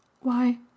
Why